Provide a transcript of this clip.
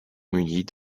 munis